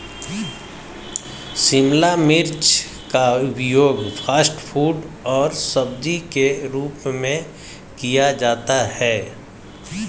शिमला मिर्च का उपयोग फ़ास्ट फ़ूड और सब्जी के रूप में किया जाता है